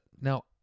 Now